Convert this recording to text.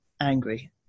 angry